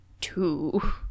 two